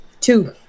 Two